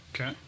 Okay